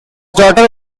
daughter